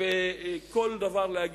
ועל כל דבר להגיד: